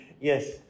Yes